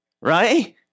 Right